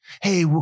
hey